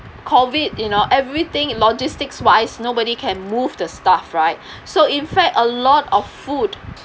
COVID you know everything logistics wise nobody can move the stuff right so in fact a lot of food